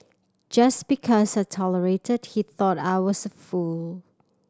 just because I tolerated he thought I was a fool